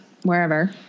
wherever